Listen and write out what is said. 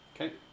Okay